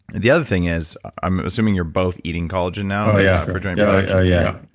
the other thing is, i'm assuming you're both eating collagen now for joint yeah, yeah